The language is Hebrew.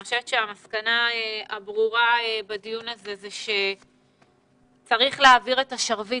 אני חושבת שהמסקנה הברורה בדיון הזה היא שצריך להעביר את השרביט